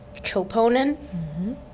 Kilponen